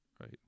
Right